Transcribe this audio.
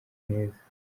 heza